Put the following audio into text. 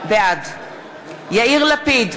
בעד יאיר לפיד,